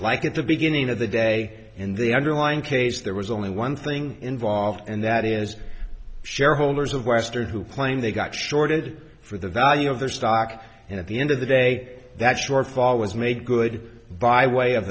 like at the beginning of the day in the underlying case there was only one thing involved and that is shareholders of western who claim they got shorted for the value of their stock and at the end of the day that shortfall was made good by way of